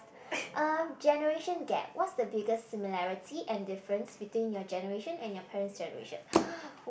uh generation gap what's the biggest similarity and difference between your generation and your parents' generation